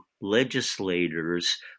legislators